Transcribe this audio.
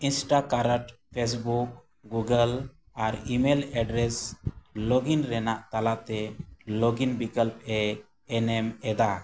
ᱤᱱᱥᱴᱟᱠᱟᱨᱟᱴ Facebook Google ᱟᱨ email address login ᱨᱮᱱᱟᱜ ᱛᱟᱞᱟᱛᱮ ᱞᱚᱜᱤᱱ ᱵᱤᱠᱚᱞᱯᱼᱮ ᱮᱱᱮᱢ ᱮᱫᱟ